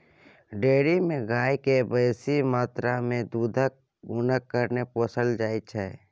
dairy मे गाय केँ बेसी मात्रा मे दुध देबाक गुणक कारणेँ पोसल जाइ छै